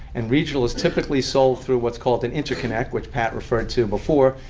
and regional is typically sold through what's called an interconnect, which pat referred to before.